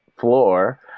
floor